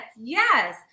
Yes